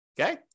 Okay